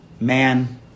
man